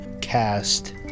cast